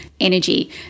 energy